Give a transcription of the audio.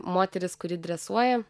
moteris kuri dresuoja